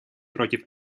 против